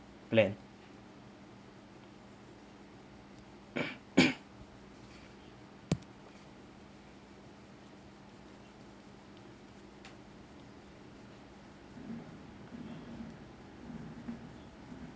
plan